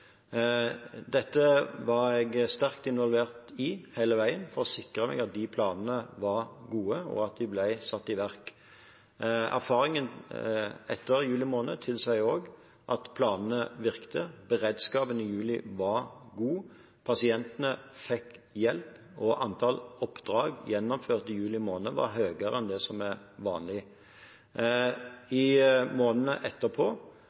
Dette var jeg sterkt involvert i hele veien for å forsikre meg om at de planene var gode, og at de ble satt i verk. Erfaringen etter juli måned tilsier også at planene virket. Beredskapen i juli var god, pasientene fikk hjelp, og antall oppdrag gjennomført i juli måned var høyere enn det som er vanlig. I månedene etterpå